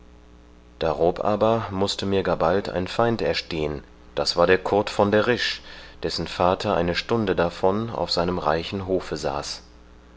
darob aber mußte mir gar bald ein feind erstehen das war der kurt von der risch dessen vater eine stunde davon auf seinem reichen hofe saß